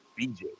BJ